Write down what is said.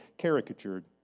caricatured